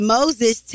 Moses